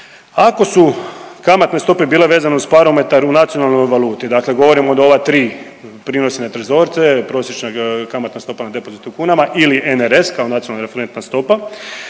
Ako su kamatne stope bile vezane uz parametar u nacionalnoj valuti, dakle govorim od ova tri, prinosne trezorce, prosječna kamatna stopa na depozit u kunama ili NRS kao nacionalna referentna stopa